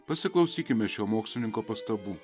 pasiklausykime šio mokslininko pastabų